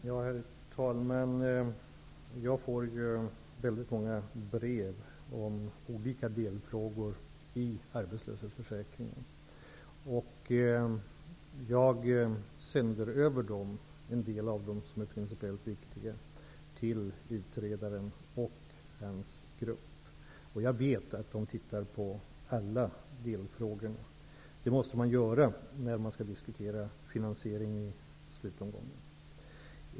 Herr talman! Jag får väldigt många brev om alla delfrågor i arbetslöshetsförsäkringsfrågan. Jag sänder över en del av dem, de principiellt viktiga, till utredaren och hans grupp. Jag vet att de ser på alla delfrågor. Det måste man göra när man diskuterar finansieringen i slutomgången.